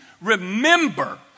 Remember